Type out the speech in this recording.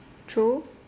true